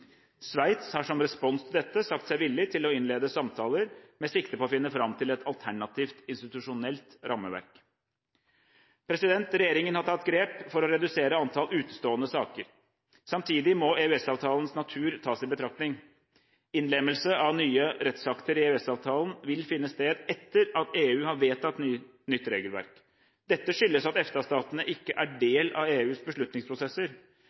Sveits har som respons til dette sagt seg villig til å innlede samtaler med sikte på å finne fram til et alternativt institusjonelt rammeverk. Regjeringen har tatt grep for å redusere antall utestående saker. Samtidig må EØS-avtalens natur tas i betraktning. Innlemmelse av nye rettsakter i EØS-avtalen vil finne sted etter at EU har vedtatt nytt regelverk. Dette skyldes at EFTA-statene ikke er del av EUs beslutningsprosesser.